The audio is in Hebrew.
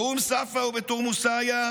באום צפא ובתורמוס עיא,